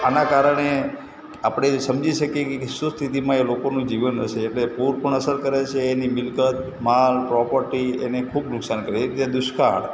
તો આના કારણે આપણે સમજી શકીએ કે શું સ્થિતિમાં એ લોકોનું જીવન હશે એટલે પૂર પણ અસર કરે છે એની મિલકત માલ પ્રોપર્ટી એને ખૂબ નુકસાન કરે છે એક છે દુષ્કાળ